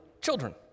children